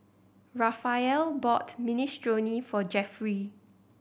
Raphael bought Minestrone for Jeffrey